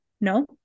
no